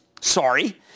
Sorry